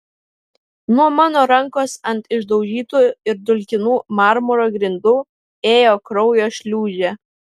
nuo mano rankos ant išdaužytų ir dulkinų marmuro grindų ėjo kraujo šliūžė